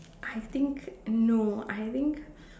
I think no I think